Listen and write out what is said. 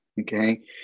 okay